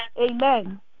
Amen